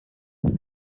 and